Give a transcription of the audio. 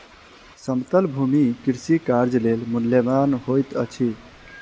समतल भूमि कृषि कार्य लेल मूल्यवान होइत अछि